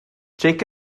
jake